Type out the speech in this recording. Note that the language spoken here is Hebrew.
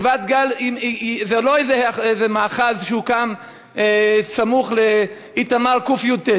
גבעת-גל היא לא איזה מאחז שהוקם סמוך לאיתמר קי"ט.